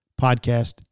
podcast